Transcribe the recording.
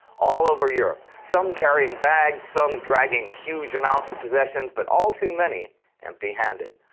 all over europe. some carrying bags, some dragging huge amounts of possessions, but all too many empty handed.